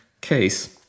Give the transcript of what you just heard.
case